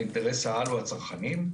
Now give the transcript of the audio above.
אינטרס העל הוא הצרכנים,